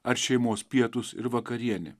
ar šeimos pietūs ir vakarienė